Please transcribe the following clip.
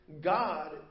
God